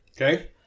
Okay